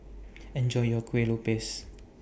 Enjoy your Kuih Lopes